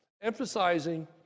emphasizing